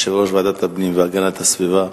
יושב-ראש ועדת הפנים והגנת הסביבה.